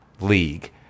league